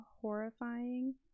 horrifying